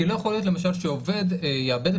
כי לא יכול להיות למשל שעובד יאבד את